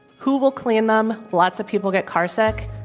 who will clean them? lots of people get car sick.